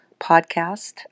podcast